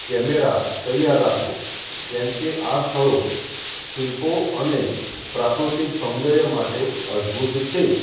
camera તૈયાર રાખો કેમ કે આ સ્થળો શિલ્પો અને પ્રાકૃતિક સૌંદર્ય માટે અદ્ભુત છે